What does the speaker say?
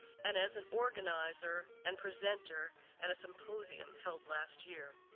and as an organizer and presenter at a symposium held last year.